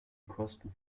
kosten